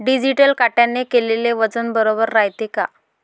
Digital काट्याने केलेल वजन बरोबर रायते का?